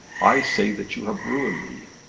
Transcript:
i say that you have ruined me.